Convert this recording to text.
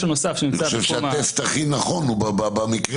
אני חושב שהטסט הכי נכון הוא בסיפור